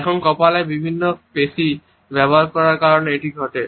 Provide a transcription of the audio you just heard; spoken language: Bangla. এখন কপালের বিভিন্ন পেশী ব্যবহার করার কারণে এটি ঘটে